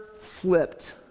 flipped